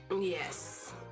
yes